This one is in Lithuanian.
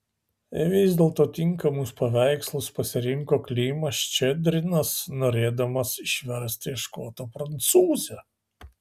vis dėlto tinkamus paveikslus pasirinko klimas ščedrinas norėdamas išversti iš koto prancūzę